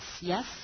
Yes